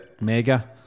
Mega